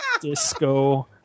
Disco